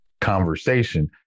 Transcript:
conversation